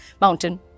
Mountain